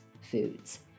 foods